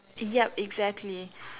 yup exactly